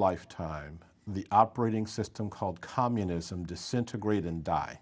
lifetime the operating system called communism disintegrate and die